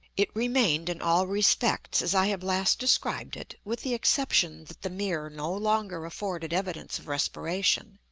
it remained in all respects as i have last described it, with the exception that the mirror no longer afforded evidence of respiration.